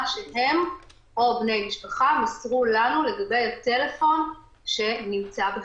שהם או בני משפחה מסרו לנו לגבי הטלפון שנמצא בחזקתם.